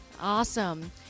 awesome